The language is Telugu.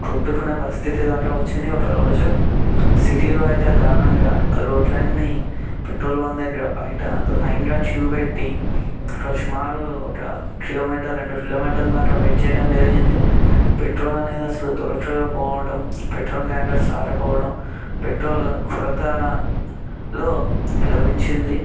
కొట్టుకునే పరిస్థితి దాకా వచ్చింది ఒకరోజు సిటీలో అయితే దారుణంగా రోడ్లన్ని పెట్రోల్ బంక్ దగ్గర బయట లైన్గా క్యూ పెట్టి ఒక సుమారు ఒక కిలోమీటర్ రెండు కిలోమీటర్ల దాకా వెయిట్ చేయడం జరిగింది పెట్రోల్ అనేది అసలు దొరకకపోవడం పెట్రోల్ ట్యాంకర్స్ రాకపోవడం పెట్రోల్ కొరతలో లభించింది